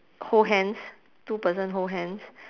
hold hands two person hold hands